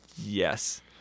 Yes